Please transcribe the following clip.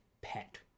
pet